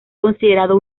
considerado